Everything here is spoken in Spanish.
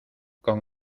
con